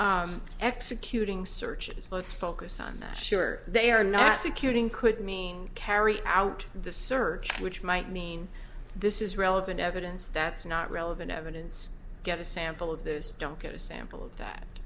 chemists executing searches let's focus on that sure they are nasa kuning could mean carry out the search which might mean this is relevant evidence that's not relevant evidence get a sample of those don't get a sample of that